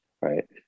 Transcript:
Right